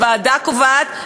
וועדה קובעת,